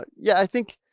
but yeah i think